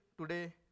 today